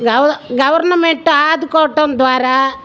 గవ గవర్నమెంట్ ఆదుకోవటం ద్వారా